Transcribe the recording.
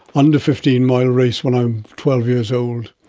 under fifteen mile race when i'm twelve years old,